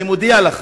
אני מודיע לך,